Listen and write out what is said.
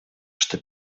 что